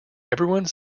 everyone